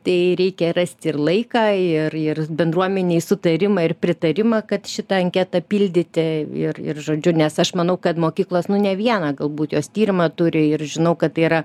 tai reikia rasti ir laiką ir ir bendruomenei sutarimą ir pritarimą kad šitą anketą pildyti ir ir žodžiu nes aš manau kad mokyklos nu ne vieną galbūt jos tyrimą turi ir žinau kad tai yra